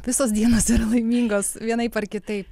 visos dienos yra laimingos vienaip ar kitaip